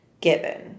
given